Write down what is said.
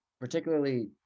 particularly